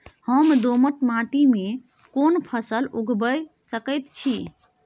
हम दोमट माटी में कोन फसल लगाबै सकेत छी?